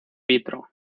vitro